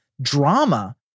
drama